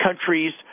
countries